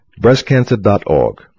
Breastcancer.org